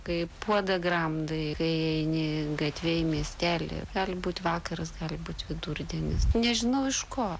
kai puodą gramdai kai eini gatve į miestelį gali būti vakaras gali būt vidurdienis nežinau iš ko